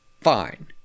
Fine